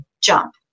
jump